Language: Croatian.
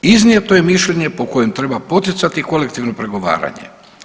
Iznijeto je mišljenje po kojem treba poticati kolektivno pregovaranje.